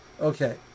Okay